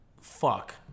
Fuck